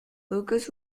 lucas